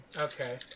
Okay